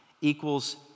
equals